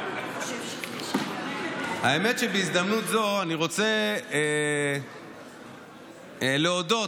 היא שבהזדמנות זו אני רוצה להודות,